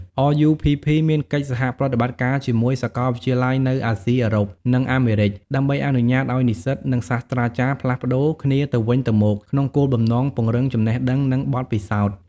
RUPP មានកិច្ចសហប្រតិបត្តិការជាមួយសាកលវិទ្យាល័យនៅអាស៊ី អឺរ៉ុប និងអាមេរិក ដើម្បីអនុញ្ញាតឱ្យនិស្សិត និងសាស្ត្រាចារ្យផ្លាស់ប្តូរគ្នាទៅវិញទៅមក ក្នុងគោលបំណងពង្រឹងចំណេះដឹង និងបទពិសោធន៍។